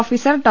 officer Dr